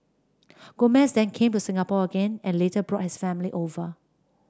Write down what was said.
Gomez then came to Singapore again and later brought his family over